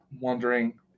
wondering